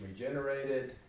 regenerated